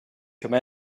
come